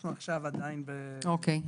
אוקי,